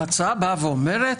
ההצעה אומרת: